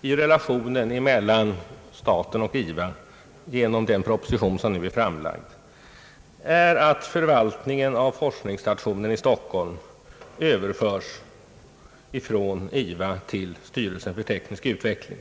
i relationen mellan staten och IVA genom den proposition som nu är framlagd är att förvaltningen av forskningsstationen i Stockholm överförs från IVA till styrelsen för teknisk utveckling.